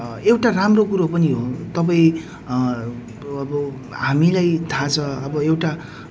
अनि हामी बिहान सिक्स थार्टीमा हामीले त्यहाँबाट स्टार्ट गर्यौँ अनि